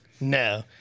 no